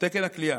תקן הכליאה,